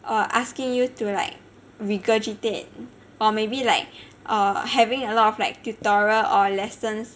err asking you to like regurgitate or maybe like err having a lot of like tutorials or lessons